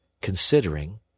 considering